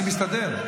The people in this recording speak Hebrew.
אני מסתדר.